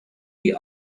die